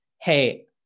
hey